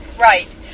Right